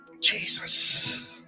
Jesus